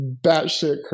batshit